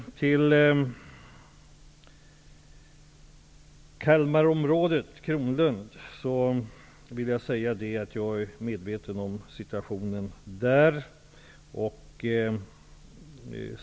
Beträffande Kalmarområdet, som i debatten företräds av Bengt Kronblad, vill jag säga att jag är medveten om situationen där.